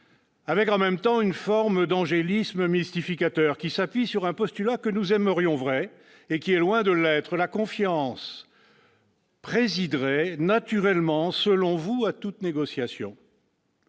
avec, en même temps, une forme d'angélisme mystificateur, qui s'appuie sur un postulat que nous aimerions vrai, mais qui est loin de l'être : la confiance présiderait naturellement, selon vous, à toute négociation.